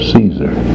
Caesar